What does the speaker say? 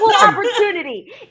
opportunity